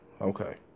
Okay